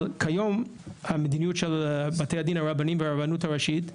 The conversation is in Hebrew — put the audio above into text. אבל כיום המדיניות של בתי הדין הרבנים והרבנות הראשית,